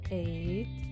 eight